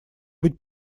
быть